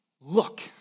look